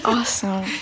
Awesome